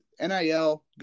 NIL